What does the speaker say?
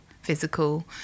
physical